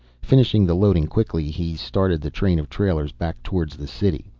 finishing the loading quickly, he started the train of trailers back towards the city.